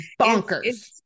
bonkers